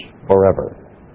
forever